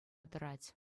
тӑрать